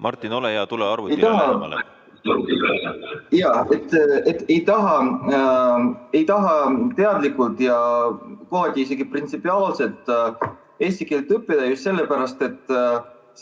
Martin, ole hea, tule arvutile lähemale. (Kaugühendus)... ei taha teadlikult ja kohati isegi printsipiaalselt eesti keelt õppida just sellepärast, et